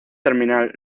terminal